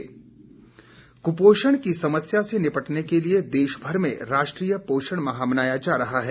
पोषण माह कुपोषण की समस्या से निपटने के लिए देशभर में राष्ट्रीय पोषण माह मनाया जा रहा है